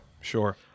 Sure